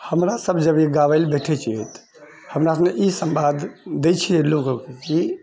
हमरा सब जब गाबैलए बैठै छिए हमरानी ई सम्वाद दै छिए लोकऽके जे